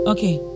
Okay